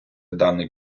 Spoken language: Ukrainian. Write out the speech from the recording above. даний